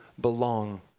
belong